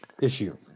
issue